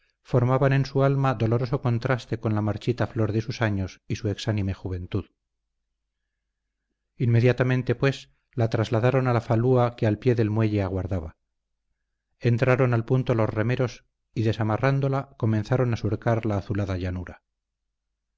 formaban en su alma doloroso contraste con la marchita flor de sus años y su exánime juventud inmediatamente pues la trasladaron a la falúa que al pie del muelle aguardaba entraron al punto los remeros y desamarrándola comenzaron a surcar la azulada llanura